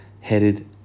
headed